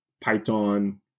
python